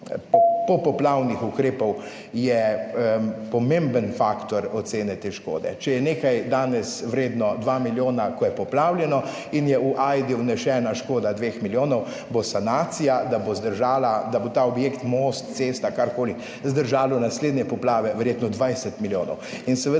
popoplavnih ukrepov je pomemben faktor ocene te škode. Če je nekaj danes vredno 2 milijona ko je poplavljeno in je v Ajdi vnesena škoda 2 milijonov, bo sanacija, da bo zdržala, da bo ta objekt, most, cesta, karkoli zdržalo naslednje poplave verjetno 20 milijonov.